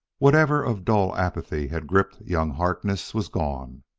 whatever of dull apathy had gripped young harkness was gone.